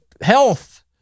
health